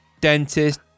dentist